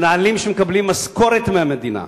המנהלים שמקבלים משכורת מהמדינה,